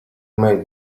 made